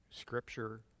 Scripture